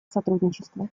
сотрудничества